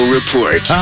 Report